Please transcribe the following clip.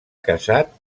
casat